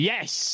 Yes